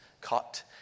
caught